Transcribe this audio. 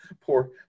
Poor